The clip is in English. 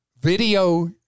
video